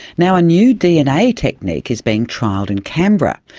now, a new dna technique is being trialled in canberra,